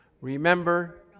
Remember